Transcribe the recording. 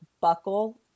buckle